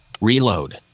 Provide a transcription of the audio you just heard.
Reload